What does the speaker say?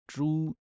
True